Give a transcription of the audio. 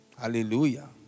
Hallelujah